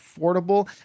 affordable